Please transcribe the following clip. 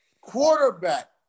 quarterback